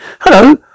Hello